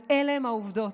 אבל אלה הם העובדות.